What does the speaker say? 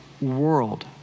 world